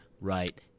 right